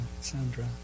Sandra